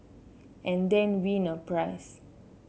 and then win a prize